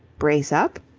brace up?